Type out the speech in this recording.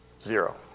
Zero